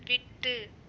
விட்டு